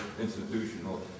institutional